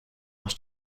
was